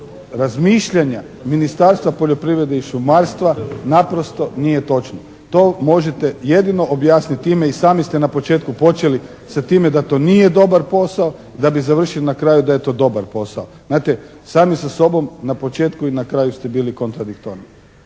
razmišljanja Ministarstva poljoprivrede i šumarstva naprosto nije točno. To možete jedino objasniti time i sami ste na početku počeli sa time da to nije dobar posao da bi završio na kraju da je to dobar posao. Znate sami sa sobom na početku i na kraju ste bili kontradiktorni.